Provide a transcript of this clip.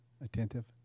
Attentive